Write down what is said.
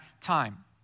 time